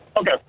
Okay